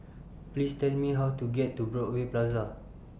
Please Tell Me How to get to Broadway Plaza